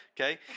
Okay